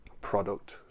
product